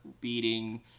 beating